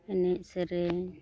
ᱮᱱᱮᱡ ᱥᱮᱨᱮᱧ